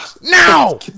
now